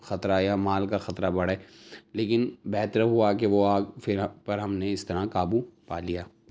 خطرہ یا مال کا خطرہ بڑھے لیکن بہتر ہوا کہ وہ آگ پھر پر ہم نے اس طرح قابو پا لیا